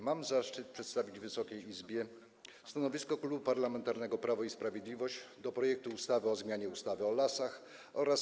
Mam zaszczyt przedstawić Wysokiej Izbie stanowisko Klubu Parlamentarnego Prawo i Sprawiedliwość wobec projektu ustawy o zmianie ustawy o lasach oraz